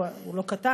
הוא לא קטן,